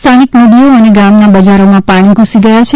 સ્થઆનિક નદીઓ અને ગામના બજારોમાં પાણી ધૂસી ગયા છે